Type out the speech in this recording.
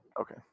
Okay